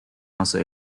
also